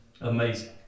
Amazing